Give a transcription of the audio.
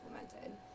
implemented